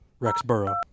Rexborough